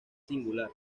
singular